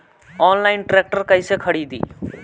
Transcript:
Online tractor कैसे खरदी?